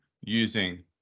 using